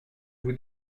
vous